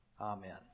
Amen